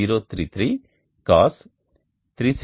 033 cos 360N365